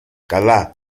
καλά